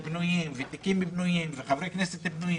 עם תיקים פנויים וחברי כנסת פנויים,